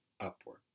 upward